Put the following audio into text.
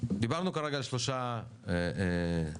דיברנו כרגע על שלושה סקטורים.